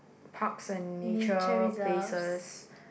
parks and nature places